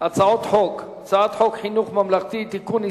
הצעת חוק חינוך ממלכתי (תיקון,